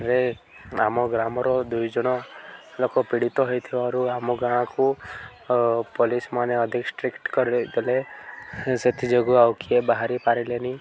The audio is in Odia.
ରେ ଆମ ଗ୍ରାମର ଦୁଇଜଣ ଲୋକ ପୀଡ଼ିତ ହେଇଥିବାରୁ ଆମ ଗାଁକୁ ପୋଲିସ ମାନେ ଅଧିକ ଷ୍ଟ୍ରିକ୍ଟ କରିଦେଇଥିଲେ ସେଥିଯୋଗୁଁ ଆଉ କିଏ ବାହାରି ପାରିଲେନି